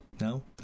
No